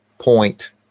point